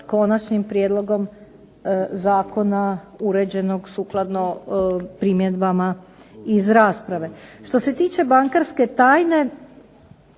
konačnim prijedlogom zakona uređenog sukladno primjedbama iz rasprave. Što se tiče bankarske tajne